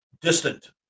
distant